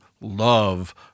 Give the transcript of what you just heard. love